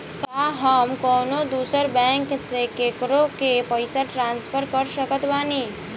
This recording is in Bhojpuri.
का हम कउनों दूसर बैंक से केकरों के पइसा ट्रांसफर कर सकत बानी?